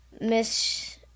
Miss